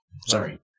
Sorry